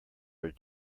are